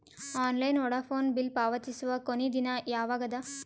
Online Vodafone bill ಪಾವತಿಸುವ ಕೊನಿ ದಿನ ಯವಾಗ ಅದ?